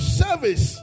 service